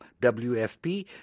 WFP